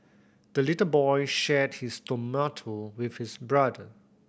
the little boy shared his tomato with his brother